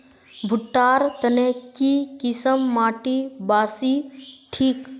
भुट्टा र तने की किसम माटी बासी ठिक?